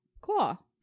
Cool